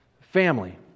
Family